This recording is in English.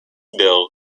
bill